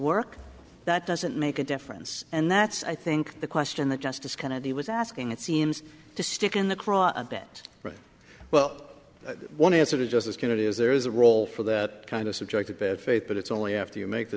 work that doesn't make a difference and that's i think the question that justice kennedy was asking it seems to stick in the craw a bit right well one of the sort of justice kennedy is there is a role for that kind of subject of bad faith but it's only after you make the